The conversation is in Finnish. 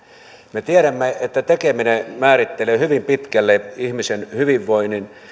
me tiedämme että tekeminen määrittelee hyvin pitkälle ihmisen hyvinvoinnin